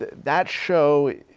that show